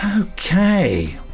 Okay